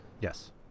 Yes